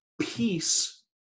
peace